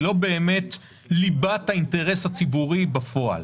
לא באמת ליבת האינטרס הציבורי בפועל.